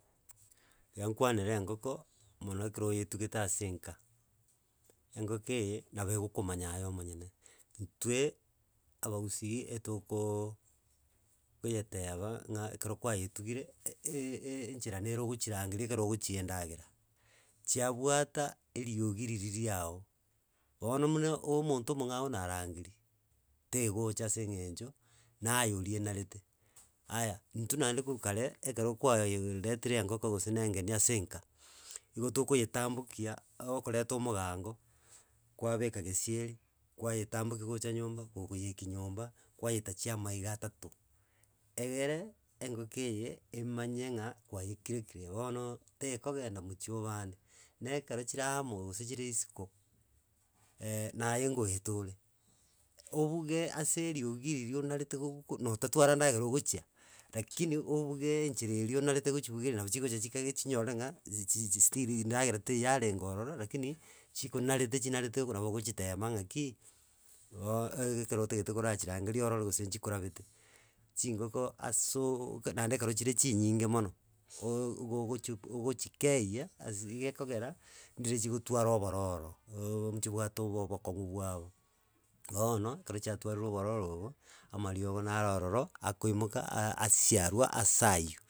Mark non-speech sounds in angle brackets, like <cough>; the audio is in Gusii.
Tinga kwanere engoko. Mono kere onyetugete ase enka. Engoko eye, na bono engokomanya aye omonyene. Itwe abagusii etoko togetemba. ngaiekero kwanyetugire. ee ee chera nere ogachirangeria ekero ogochia endangera. Chia bwata. eriongi riria riao. Bono mbuna omonto omongao narangeria. tegocha. ase egencho naye oria enarete. Aya, intwo naende nonyakorukare. ekero kwa retire engonko ngose nengerii ase enka. Igo tokonyetabwokia. okoreta omogago. kwa beka gesieri. kwa nyetaboki gocha nyomba. Kogoiki nyumba. kwa nyetachi amaiga atato. Egere. engoko eye. emanye ngai kwa nyekirekire. Bono, tokogenda mochie obande. Nekere chire amo. chire isiko. <hesitation> ae goeta ore. Obunge ase eriongi erio onarete. kobunga. notatwara endagera ogochia. Rakini obunge enchera iria onanerete gochibugeria. nabo chingocha chikange buna. chiriyore buna. echi stiri ndangera tiarenge ororo. rakini. chikonarete. chinarete nabo ogochitema. buna nakiii ekero otagete gochirangeria orore gose chikorabete. Chingoko aso. Ekero chire chinyige mono. Igo ogochikei. Ase igokogera ndire chigotwara obororo. Nchibwate abokongu bwabo. Bono. ekero chiatwarire obororo obo. amariogo naro ororo akoimoka asirwa asa anywo.